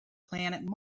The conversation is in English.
planet